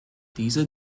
diese